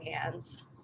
hands